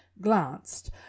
glanced